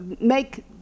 make